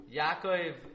Yaakov